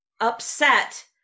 upset